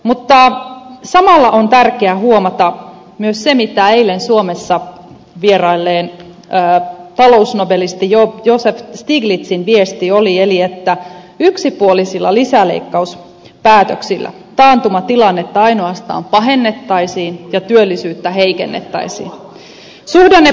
mutta samalla on tärkeää huomata myös se mikä eilen suomessa vierailleen talousnobelisti joseph stiglitzin viesti oli eli että yksipuolisilla lisäleikkauspäätöksillä taantumatilannetta ainoastaan pahennettaisiin ja työllisyyttä heikennettäisiin